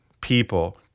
people